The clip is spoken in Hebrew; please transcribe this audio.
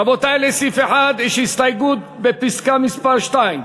רבותי, לסעיף 1 יש הסתייגות בפסקה מס' (2).